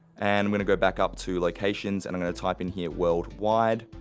and i'm gonna go back up to locations and i'm gonna type in here worldwide.